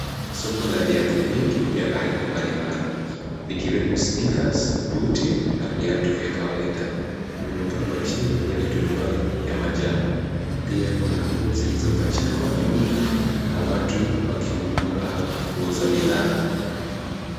Soko la viatu vingi vya aina mbalimbali vikiwemo sneakers , buti na viatu vya kawaida, vimepangwa chini kwenye turubai ya manjano. Pia kuna nguo zilizopachikwa nyuma na watu wakinunua au kuuza bidhaa.